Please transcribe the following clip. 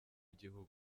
igihugu